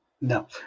No